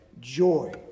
joy